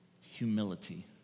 humility